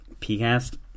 PCAST